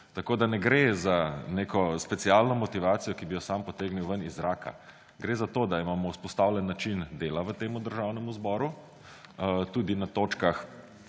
Tako ne gre za neko specialno motivacijo, ki bi jo sam potegnil ven iz zraka, gre za to, da imamo vzpostavljen način dela v tem državnem zboru. Tudi na točkah,